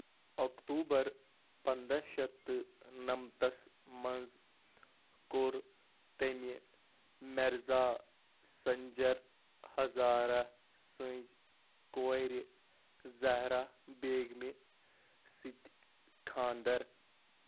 اکتوٗبَر پَنٛداہ شَتھ تہٕ نَمتَس منٛز کوٚر تٔمہِ مرزا سَنجَر ہزارہ سٕنٛزِ کورِ زاہرہ بیگمہِ سۭتہِ خانٛدر